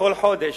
בכל חודש.